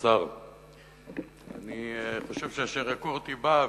אדוני השר, אני חושב שאשר יגורתי בא,